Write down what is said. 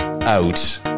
Out